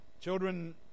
children